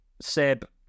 Seb